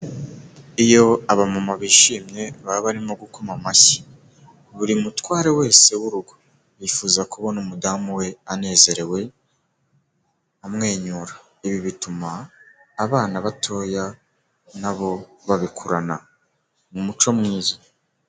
Iyo aba mama bishimye baba barimo gukoma amashyi. Buri mutware wese w'urugo yifuza kubona umudamu we anezerewe, amwenyura. Ibi bituma abana batoya nabo babikurana mu muco mwiza.